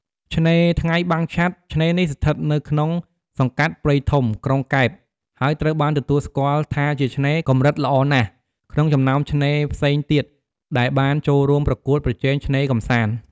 ឆ្នេរថ្ងៃបាំងឆ័ត្រ ឆ្នេរនេះស្ថិតនៅក្នុងសង្កាត់ព្រៃធំ ក្រុងកែប ហើយត្រូវបានទទួលស្គាល់ថាជាឆ្នេរ "កម្រិតល្អណាស់" ក្នុងចំណោមឆ្នេរផ្សេងទៀតដែលបានចូលរួមប្រកួតប្រជែងឆ្នេរកម្សាន្ត។